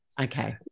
Okay